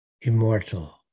immortal